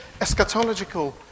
eschatological